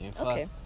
Okay